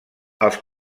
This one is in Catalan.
els